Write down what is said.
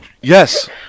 Yes